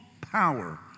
power